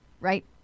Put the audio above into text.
right